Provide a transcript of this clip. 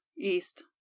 east